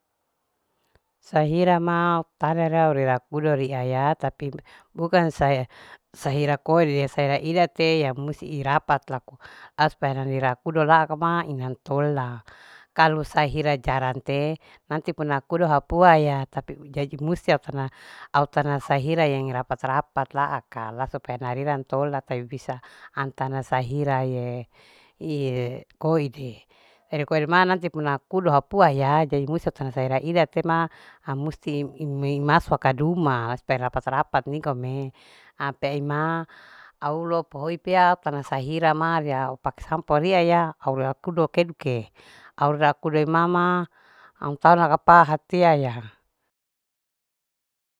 Sahira ma auktada ra au rerakudu riaaya tapi bukanm sa sahira kode sahira idate ya musti irapat laku asparani rakudo laa kama inantola kalu sahira jarate. nanti puna kudo hau puaya tapi jaji musi au tana. au tana sahirae rapat. rapat laaka la supaya nariran tola taibisa antana sahiraye koide koi ma nanti puna kudo hau puaya jadi. musti tana raide temaha musti imei maso kadumaa supaya rapat. rapat niko me pea ima au lopo ipea auktana sahira ma rea au pak sampo ria ya aula kudo keduke au la kudo imama au tana kapaha tiaya.